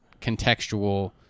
contextual